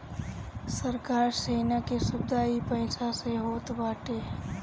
सरकार सेना के सुविधा इ पईसा से होत बाटे